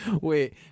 Wait